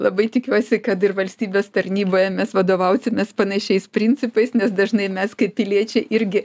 labai tikiuosi kad ir valstybės tarnyba jei mes vadovausimės panašiais principais nes dažnai mes kaip piliečiai irgi